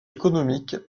économique